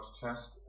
chest